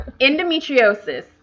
Endometriosis